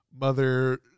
mother